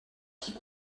que